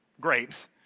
great